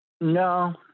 no